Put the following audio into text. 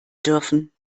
dürfen